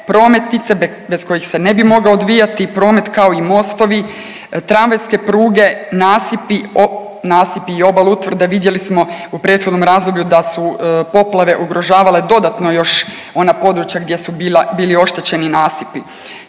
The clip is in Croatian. prometnice bez kojih se ne bi mogao odvijati promet kao i mostovi, tramvajske pruge, nasipi i obale, utvrde vidjeli smo u prethodnom razdoblju da su poplave ugrožavale dodatno još ona područja gdje su bili oštećeni nasipi.